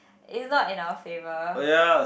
it's not in our favour